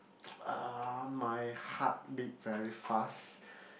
my heart beat very fast